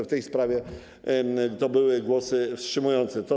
W tej sprawie to były głosy wstrzymujące się.